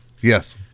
Yes